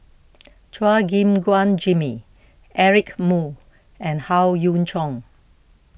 Chua Gim Guan Jimmy Eric Moo and Howe Yoon Chong